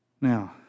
Now